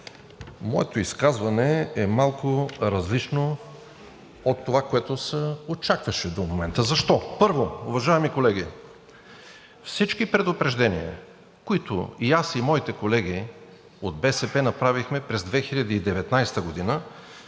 Моето изказване е малко различно от това, което се очакваше до момента. Защо? Първо, уважаеми колеги, всички предупреждения, които и аз и моите колеги от БСП направихме през 2019 г.,